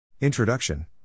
Introduction